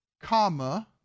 Comma